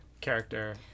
character